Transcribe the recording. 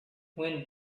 when